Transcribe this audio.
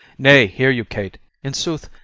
nay, hear you, kate in sooth,